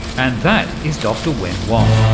and that is dr wen wang,